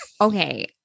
Okay